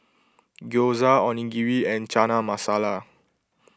Gyoza Onigiri and Chana Masala